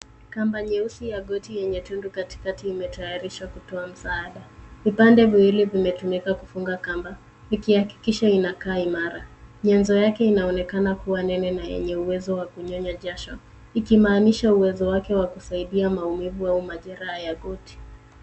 Kamba nyeusi ya goti yenye tundu katikati imetayarishwa kutoa msaada. Vipande viwili vimetumika kufunga kamba, ikihakikisha inakaa imara. Nyenzo yake inaonekana kuwa nene na yenye uwezo wa kunyonya jasho. Ikimaanisha uwezo wake wa kusaidia maumivu au majeraha ya goti.